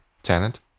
tenant